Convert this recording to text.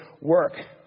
work